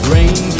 Rain